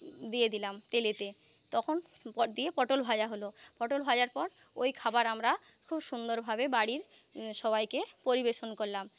দিয়ে দিলাম তেলেতে তখন দিয়ে পটল ভাজা হল পটল ভাজার পর ওই খাবার আমরা খুব সুন্দরভাবে বাড়ির সবাইকে পরিবেশন করলাম